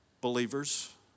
believers